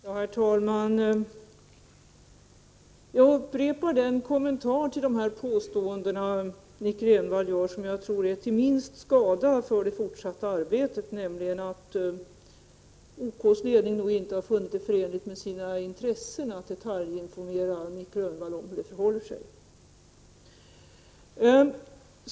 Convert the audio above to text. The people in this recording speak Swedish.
Herr talman! Jag upprepar den kommentar till Nic Grönvalls påståenden som jag tror är till minst skada för det fortsatta arbetet, nämligen att OK:s ledning nog inte har funnit det förenligt med sina intressen att detaljinformera Nic Grönvall om hur det förhåller sig.